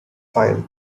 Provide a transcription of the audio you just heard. file